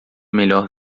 melhor